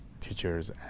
teachers